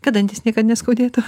kad dantys niekada neskaudėtų